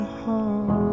home